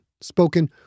spoken